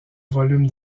volume